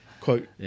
quote